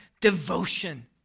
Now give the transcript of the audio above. devotion